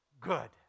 good